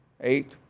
eight